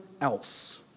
else